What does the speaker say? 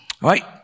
Right